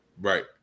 Right